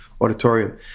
auditorium